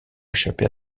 échapper